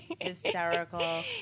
hysterical